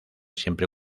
siempre